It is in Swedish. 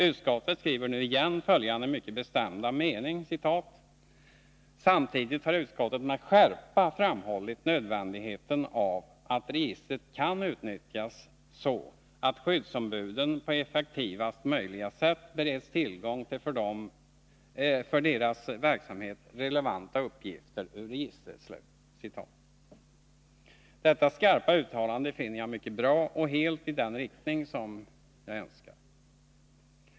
Utskottet skriver nu igen följande mycket bestämda mening: ”Samtidigt har utskottet med skärpa framhållit nödvändigheten av att registret kan utnyttjas så att skyddsombuden på effektivaste möjliga sätt bereds tillgång till för deras verksamhet relevanta uppgifter ur registret.” Detta skarpa uttalande finner jag mycket bra och helt i den riktning jag önskar.